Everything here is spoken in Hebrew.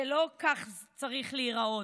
לא כך זה צריך להיראות.